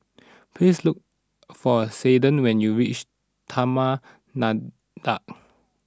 please look for Caiden when you reach Taman Nakhoda